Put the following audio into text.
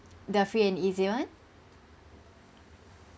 the free and easy one